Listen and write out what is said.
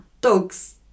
dog's